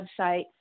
website